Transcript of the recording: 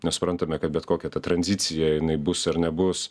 nes suprantame kad bet kokia ta tranzicija jinai bus ar nebus